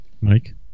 Mike